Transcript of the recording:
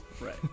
Right